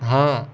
हां